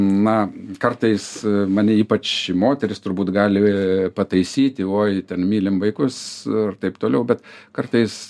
na kartais mane ypač moterys turbūt gali pataisyti uoi ten mylim vaikus ir taip toliau bet kartais